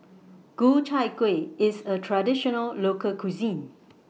Ku Chai Kuih IS A Traditional Local Cuisine